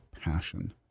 passion